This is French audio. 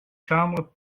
chambres